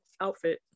outfit